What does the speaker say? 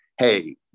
hey